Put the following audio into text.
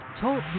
Talk